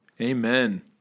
Amen